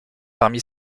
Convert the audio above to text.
parmi